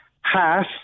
half